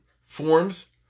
forms